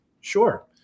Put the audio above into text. Sure